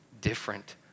different